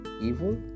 evil